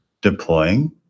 deploying